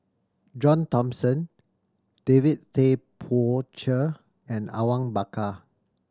John Thomson David Tay Poey Cher and Awang Bakar